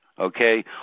okay